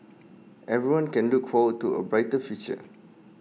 everyone can look forward to A brighter future